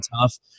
tough